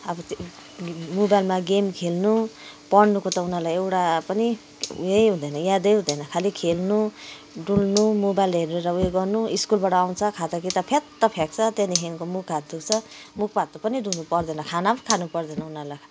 अब त्यो मोबाइलमा गेम खेल्नु पढ्नुको त उनीहरूलाई एउटा पनि उयै हुँदैन यादै हुँदैन खालि खेल्नु डुल्नु मोबाइल हेरेर उयो गर्नु स्कुलबाट आउँछ खाता किताब फ्यात्त फ्याँक्छ त्यहाँदेखिको मुख हात धोएको छ मुख हात पनि धुनु पर्दैन खाना पनि खानु पर्दैन उनीहरूलाई